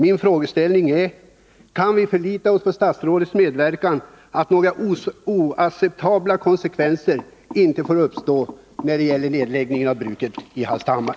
Min fråga är: Kan vi förlita oss på statsrådets medverkan till att några oacceptabla konsekvenser inte får uppstå när det gäller nedläggningen av bruket i Hallstahammar?